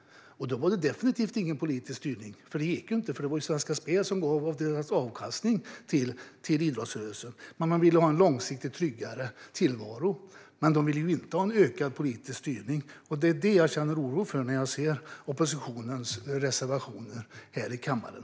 Då var det definitivt ingen politisk styrning. Det gick inte, eftersom Svenska Spel gav av sin avkastning till idrottsrörelsen. Men man ville ha en långsiktigt tryggare tillvaro, inte ökad politisk styrning. Det är det jag känner en oro för när jag ser oppositionens reservationer här i kammaren.